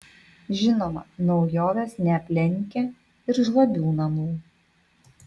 žinoma naujovės neaplenkia ir žlabių namų